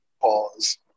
Pause